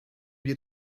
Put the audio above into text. wir